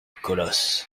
colosse